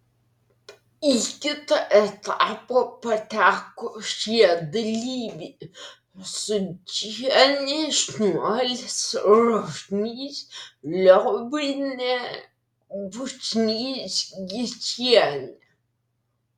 į kitą etapą pateko šie dalyviai sūdžienė šniuolis rožnys liobienė bučnys gečienė